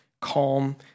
calm